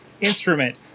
instrument